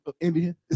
indian